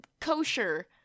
kosher